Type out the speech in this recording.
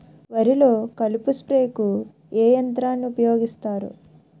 వరిలో కలుపు స్ప్రేకు ఏ యంత్రాన్ని ఊపాయోగిస్తారు?